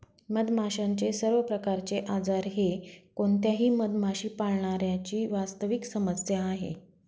मधमाशांचे सर्व प्रकारचे आजार हे कोणत्याही मधमाशी पाळणाऱ्या ची वास्तविक समस्या आहे